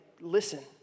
listen